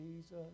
Jesus